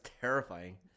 terrifying